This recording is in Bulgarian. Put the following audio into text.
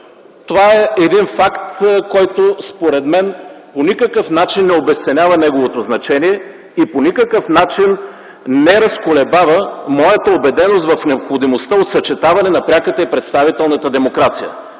Това е факт, който според мен по никакъв начин не обезценява неговото значение и не разколебава моята убеденост в необходимостта от съчетаване на пряката и представителната демокрация.